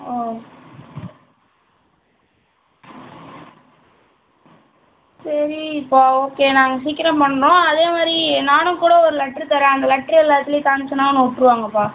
ஓ சரிப்பா ஓகே நாங்கள் சீக்கிரம் பண்ணுறோம் அதே மாதிரி நானும் கூட ஒரு லெட்டர் தரேன் அந்த லெட்டர் எல்லா இடத்துலையும் காமிச்சேன்னா உன்ன விட்ருவாங்கப்பா